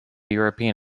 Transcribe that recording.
european